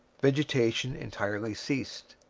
vegetation entirely ceased.